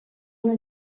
una